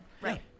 Right